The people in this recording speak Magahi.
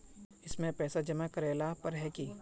इसमें पैसा जमा करेला पर है की?